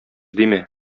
димә